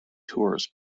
tours